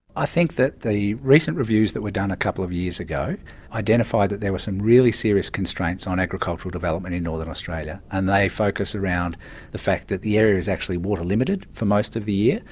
i think that the recent reviews that were done a couple of years ago identified that there were some really serious constraints on agricultural development in northern australia, and they focus around the fact that the area is actually water limited for most of the year.